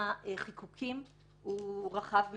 מנעד החיקוקים הוא רחב מאוד.